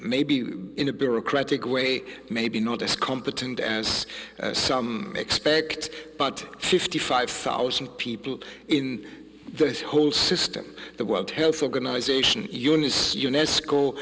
maybe in a bureaucratic way maybe not as competent as some expect but fifty five thousand people in the whole system the world health organization eunice